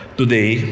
today